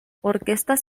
orquestas